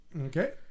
Okay